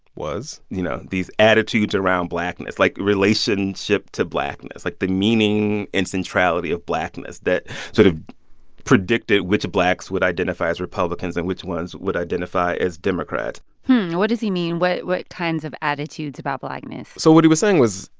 was. you know, these attitudes around blackness, like, relationship to blackness, like, the meaning and centrality of blackness that sort of predicted which blacks would identify as republicans and which ones would identify as democrat what does he mean? what what kinds of attitudes about blackness? so what he was saying was,